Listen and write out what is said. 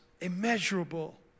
immeasurable